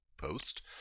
post